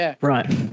Right